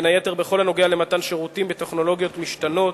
בין היתר בכל הנוגע למתן שירותים בטכנולוגיות משתנות,